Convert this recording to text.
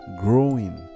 growing